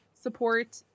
support